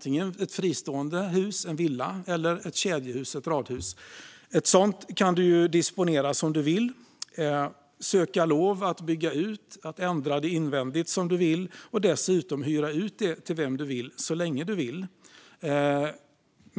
till exempel ett fristående hus, en villa, ett kedjehus eller ett radhus. Ett sådant hus kan du disponera som du vill, söka lov att bygga ut, ändra invändigt och dessutom hyra ut till vem du vill så länge du vill.